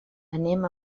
anem